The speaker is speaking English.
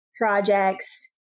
projects